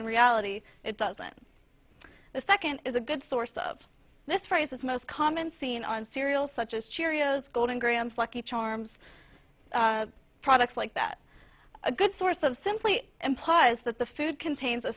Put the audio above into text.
in reality it doesn't the second is a good source of this price is most common seen on cereal such as cheerios golden grahams lucky charms products like that a good source of simply implies that the food contains a